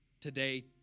today